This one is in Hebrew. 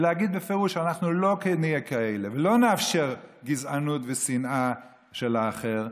להגיד בפירוש: אנחנו לא נהיה כאלה ולא נאפשר גזענות ושנאה של האחר.